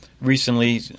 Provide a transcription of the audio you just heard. recently